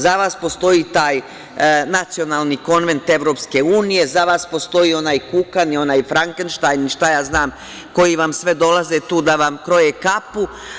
Za vas postoji taj nacionalni konvent EU, za vas postoji onaj Kukan i onaj „Frankenštajn“, šta ja znam, koji vam sve dolaze tu da vam kroje kapu.